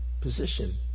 position